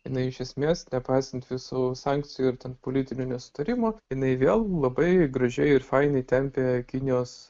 jinai iš esmės nepaisant visų sankcijų ir ten politinių nesutarimų jinai vėl labai gražiai ir fainiai tempė kinijos